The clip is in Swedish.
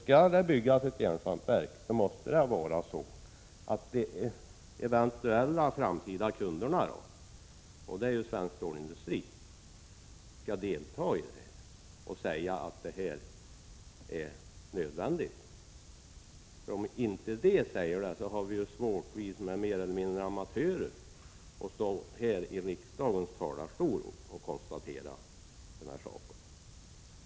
Skall det byggas ett järnsvampsverk måste det vara så att de eventuella framtida kunderna — och det är ju svensk stålindustri — skall delta och säga att det här är nödvändigt. Om inte dessa personer säger det har vi som är mer eller mindre amatörer svårt att stå upp i riksdagens talarstol och konstatera sådana saker.